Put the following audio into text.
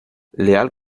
leal